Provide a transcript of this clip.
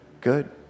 good